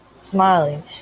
Smiling